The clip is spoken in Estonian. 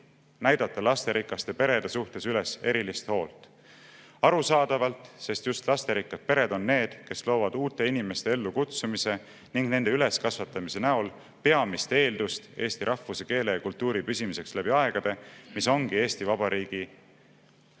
näidata lasterikaste perede suhtes üles erilist hoolt. Arusaadavalt, sest just lasterikkad pered on need, kes loovad uute inimeste ellukutsumise ning nende üleskasvatamise näol peamist eeldust eesti rahvuse, keele ja kultuuri püsimiseks läbi aegade, mis ongi Eesti Vabariigi